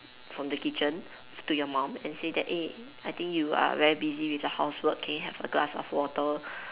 from the kitchen to your mum and say that eh I think you are very busy with the housework can you have a glass of water